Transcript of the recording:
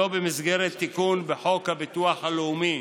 לא במסגרת תיקון בחוק הביטוח הלאומי.